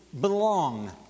belong